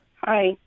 Hi